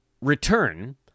return